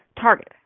target